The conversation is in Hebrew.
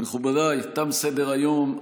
מכובדיי, תם סדר-היום.